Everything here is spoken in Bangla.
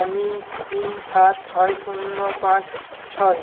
আমি তিন সাত ছয় শূন্য পাঁচ ছয়